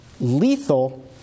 lethal